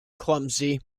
clumsy